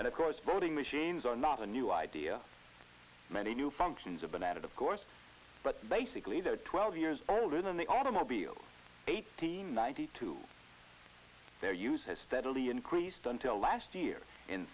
and of course voting machines are not a new idea many new functions have been added of course but basically they are twelve years older than the automobile eighteen ninety two their use has steadily increased until last year in